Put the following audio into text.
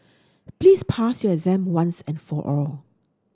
please pass your exam once and for all